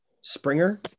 Springer